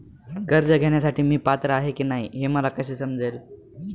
कर्ज घेण्यासाठी मी पात्र आहे की नाही हे मला कसे समजेल?